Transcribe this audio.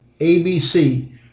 ABC